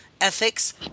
ethics